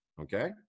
okay